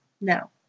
No